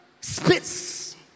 spits